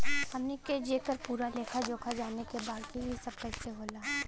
हमनी के जेकर पूरा लेखा जोखा जाने के बा की ई सब कैसे होला?